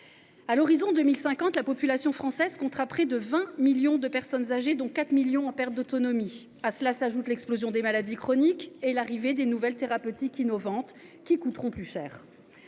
À l’horizon 2050, la population française comptera près de 20 millions de personnes âgées, dont 4 millions seront en perte d’autonomie. À cela s’ajoutent l’explosion des maladies chroniques et l’arrivée de nouvelles thérapeutiques innovantes, plus coûteuses.